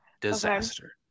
Disaster